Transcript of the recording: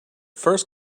first